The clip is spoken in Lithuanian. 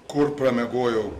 kur pramiegojau